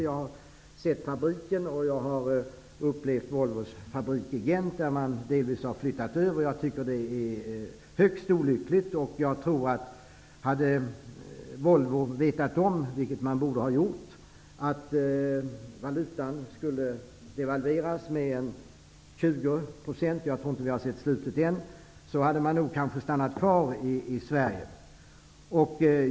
Jag har sett fabriken, och jag har upplevt Volvos fabrik i Gent, till vilken man delvis flyttat. Jag tror detta är högst olyckligt. Hade Volvo vetat -- vilket man borde ha gjort -- att valutan skulle devalveras med 20 %-- och jag tror inte vi har sett slutet än -- hade man kanske stannat kvar i Sverige.